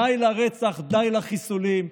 די לרצח, די לחיסולים,